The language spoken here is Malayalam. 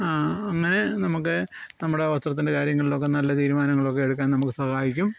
ആ അങ്ങനെ നമുക്ക് നമ്മുടെ വസ്ത്രത്തിൻ്റെ കാര്യങ്ങളിലൊക്കെ നല്ല തീരുമാനങ്ങളൊക്കെ എടുക്കാൻ നമുക്ക് സഹായിക്കും